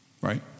Right